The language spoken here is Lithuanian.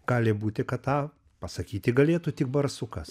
gali būti kad tą pasakyti galėtų tik barsukas